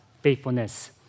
faithfulness